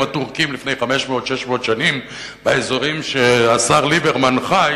הטורקים לפני 500 600 שנה באזורים שהשר ליברמן חי